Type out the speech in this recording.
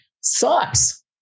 sucks